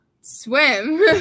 swim